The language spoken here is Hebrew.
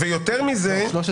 ויותר מזה --- לא,